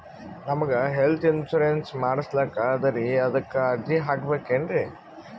ನಮಗ health insurance ಮಾಡಸ್ಲಾಕ ಅದರಿ ಅದಕ್ಕ ಅರ್ಜಿ ಹಾಕಬಕೇನ್ರಿ?